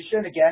again